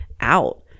out